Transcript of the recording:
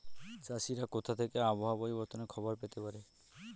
চাষিরা কোথা থেকে আবহাওয়া পরিবর্তনের খবর পেতে পারে?